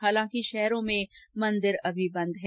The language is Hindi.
हालांकि शहरों में मंदिर अभी बंद हैं